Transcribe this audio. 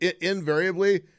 invariably